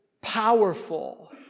powerful